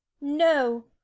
No